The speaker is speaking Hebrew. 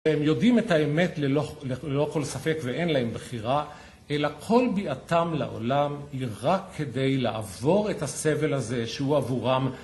הם יודעים את האמת ללא..ללא כל ספק, ואין להם בחירה, אלא כל ביאתם לעולם היא רק כדי לעבור את הסבל הזה שהוא עבורם.